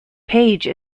page